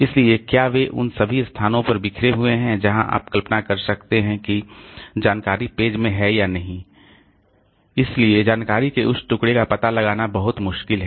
इसलिए क्या वे उन सभी स्थानों पर बिखरे हुए हैं जहां आप कल्पना कर सकते हैं कि जानकारी पेज में है या नहीं जानकारी है इसलिए जानकारी के उस टुकड़े का पता लगाना बहुत मुश्किल है